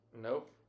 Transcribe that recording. Nope